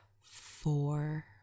four